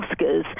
Oscars